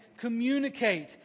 communicate